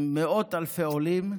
עם מאות אלפי עולים,